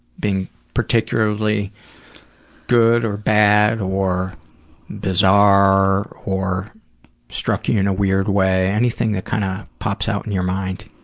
being particularly good or bad or bizarre or struck you in a weird way. anything that kind of pops out in your mind.